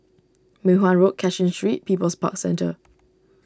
Mei Hwan Road Cashin Street People's Parks Centre